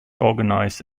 organized